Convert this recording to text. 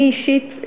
אישית,